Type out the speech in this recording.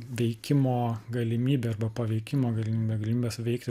veikimo galimybė arba paveikimo galimybė galimybes veikti